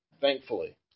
thankfully